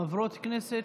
חברות כנסת,